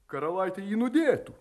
karalaitė jį nudėtų